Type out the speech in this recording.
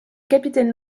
capitaine